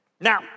Now